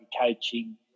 coaching